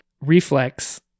Reflex